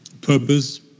purpose